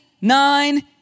nine